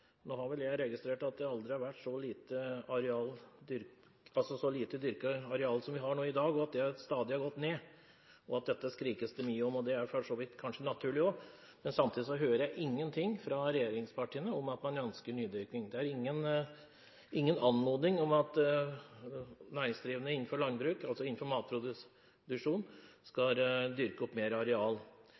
har registrert at det vel aldri har vært så lite dyrket areal som det vi har i dag, og at det stadig har gått ned. Dette skrikes det mye om, og det er kanskje naturlig. Samtidig hører jeg ingenting fra regjeringspartiene om at man ønsker nydyrking. Det er ingen anmodning om at næringsdrivende innenfor landbruk, altså innenfor matproduksjon, skal dyrke opp mer areal.